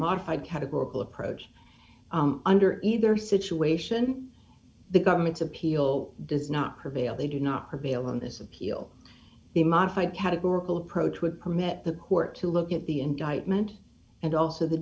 modified categorical approach under either situation the government's appeal does not prevail they do not prevail on this appeal the modified categorical approach would permit the court to look at the indictment and also the